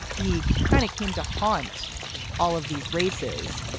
he kind of came to haunt all of these races.